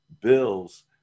Bills